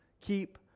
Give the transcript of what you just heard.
keep